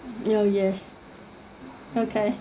oh yes okay